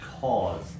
cause